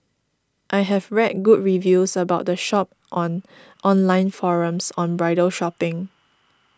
I have read good reviews about the shop on online forums on bridal shopping